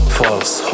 false